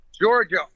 Georgia